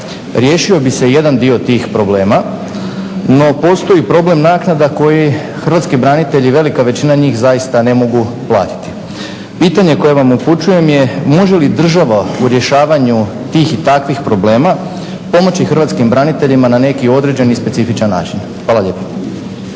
riješio bi se jedan dio tih problema no postoji problem naknada koji hrvatski branitelji velika većina njih zaista ne mogu platiti. Pitanje koje vam upućujem je može li država u rješavanju tih i takvih problema pomoći hrvatskim braniteljima na neki određeni i specifičan način? Hvala lijepa.